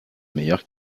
meilleure